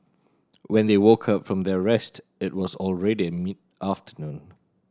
when they woke up from their rest it was already mid afternoon